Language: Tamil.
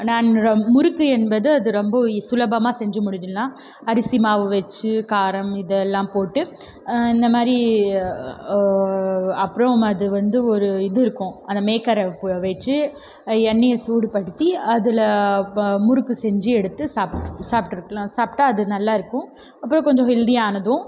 நான் ரொம் முறுக்கு என்பது அது ரொம்ப சுலபமாக செஞ்சு முடித்திடலாம் அரிசி மாவு வச்சு காரம் இதெல்லாம் போட்டு இந்த மாதிரி அப்புறம் அது வந்து ஒரு இது இருக்கும் அதை மேக்கரை வச்சு எண்ணெயை சூடுப்படுத்தி அதில் ப முறுக்கு செஞ்சு எடுத்து சாப்பிட்டா அது நல்லாயிருக்கும் அப்புறம் கொஞ்சம் ஹெல்த்தியானதும்